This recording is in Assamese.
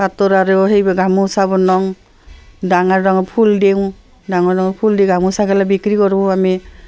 পাটৰ আৰু সেই গামোচা বনাওঁ ডাঙৰ ডাঙৰ ফুল দিওঁ ডাঙৰ ডাঙৰ ফুল দি গামোচাগিলা বিক্ৰী কৰোঁ আমি